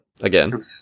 Again